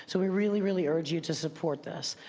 so we really, really urge you to support this.